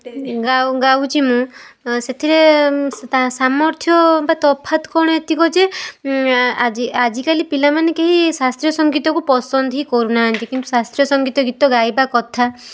ଗାଉଛି ମୁଁ ସେଥିରେ ସାମର୍ଥ୍ୟ ବା ତଫାତ୍ କ'ଣ ଏତିକି ଯେ ଆଜି ଆଜିକାଲି ପିଲାମାନେ କେହି ଶାସ୍ତ୍ରୀୟ ସଙ୍ଗୀତକୁ ପସନ୍ଦ ହିଁ କରୁନାହାଁନ୍ତି କିନ୍ତୁ ଶାସ୍ତ୍ରୀୟ ସଙ୍ଗୀତ ଗୀତ ଗାଇବା କଥା